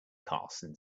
carson